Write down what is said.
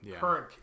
current